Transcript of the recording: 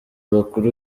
bakuru